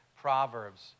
proverbs